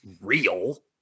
real